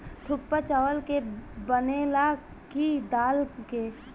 थुक्पा चावल के बनेला की दाल के?